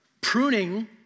pruning